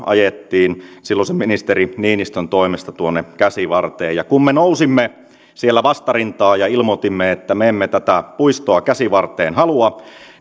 ajettiin silloisen ministeri niinistön toimesta tuonne käsivarteen kun me nousimme siellä vastarintaan ja ilmoitimme että me emme tätä puistoa käsivarteen halua